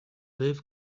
liv